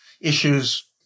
issues